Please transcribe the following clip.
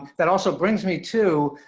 that also brings me to,